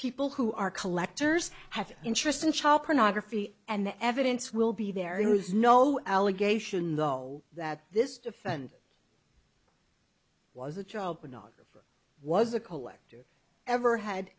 people who are collectors have an interest in child pornography and the evidence will be there is no allegation though that this defendant was a child pornographer was a collector ever had